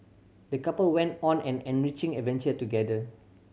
the couple went on an enriching adventure together